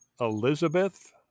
Elizabeth